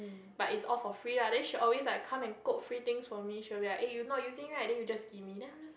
but is all for free lah then she always like come and cope free things from me she will be like eh you not using right then you just give me